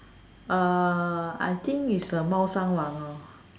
uh I think is uh 猫山王 lor